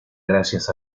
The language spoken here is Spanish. gracias